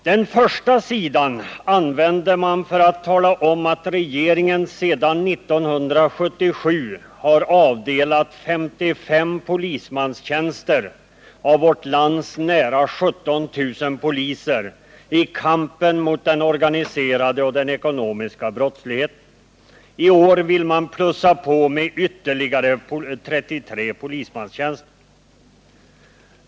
Den första sidan använder man för att tala om att regeringen sedan 1977 har avdelat 55 polismanstjänster, av vårt lands nära 17 000 poliser, i kampen mot den organiserade och den ekonomiska brottsligheten. I år vill man plussa på med ytterligare 33 polismanstjänster.